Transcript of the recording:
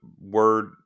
word